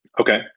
Okay